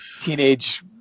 teenage